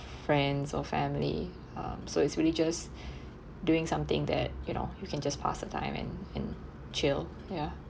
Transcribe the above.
friends or family um so it really just doing something that you know you can just pass the time and and chill ya